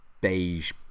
beige